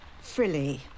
frilly